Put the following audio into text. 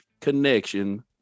connection